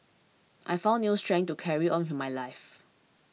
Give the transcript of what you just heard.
I found new strength to carry on who my life